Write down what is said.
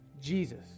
Jesus